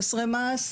אוכלוסיית ׳חסרי מעש׳,